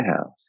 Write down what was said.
House